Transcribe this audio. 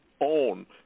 own